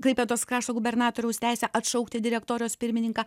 klaipėdos krašto gubernatoriaus teisę atšaukti direktorijos pirmininką